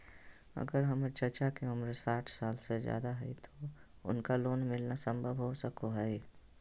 अगर हमर चाचा के उम्र साठ साल से जादे हइ तो उनका लोन मिलना संभव हो सको हइ?